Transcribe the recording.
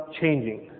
changing